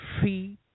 free